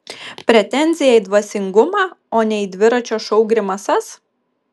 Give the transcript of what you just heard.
pretenzija į dvasingumą o ne į dviračio šou grimasas